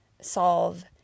solve